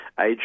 age